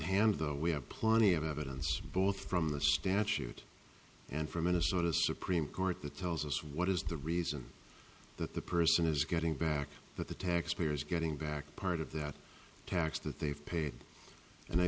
hand though we have plenty of evidence both from the statute and from minnesota supreme court that tells us what is the reason that the person is getting back that the taxpayer is getting back part of that tax that they've paid and i